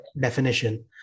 definition